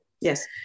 Yes